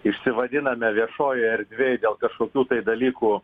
išsivadiname viešojoj erdvėj dėl kažkokių dalykų